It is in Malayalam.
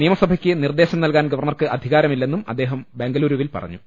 നിയമസഭയ്ക്ക് നിർദേശം നൽകാൻ ഗവർണർക്ക് അധികാരമില്ലെന്നും അദ്ദേഹം ബംഗളൂരുവിൽ പറഞ്ഞു